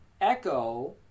echo